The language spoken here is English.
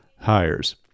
hires